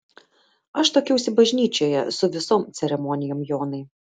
aš tuokiausi bažnyčioje su visom ceremonijom jonai